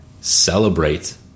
celebrate